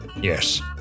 Yes